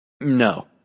No